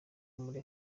muri